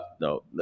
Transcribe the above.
No